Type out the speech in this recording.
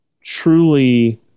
truly